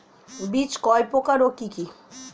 বীজ কয় প্রকার ও কি কি?